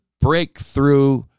breakthrough